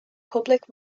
public